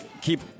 keep